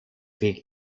peak